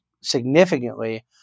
significantly